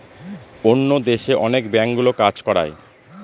অন্য দেশে অনেক ব্যাঙ্কগুলো কাজ করায়